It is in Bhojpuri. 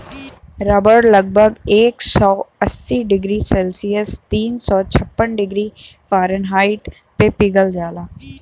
रबड़ लगभग एक सौ अस्सी डिग्री सेल्सियस तीन सौ छप्पन डिग्री फारेनहाइट पे पिघल जाला